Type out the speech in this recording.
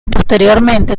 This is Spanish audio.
posteriormente